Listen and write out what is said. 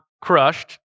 crushed